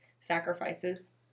sacrifices